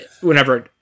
whenever